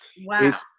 Wow